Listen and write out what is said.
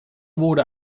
woorden